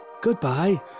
goodbye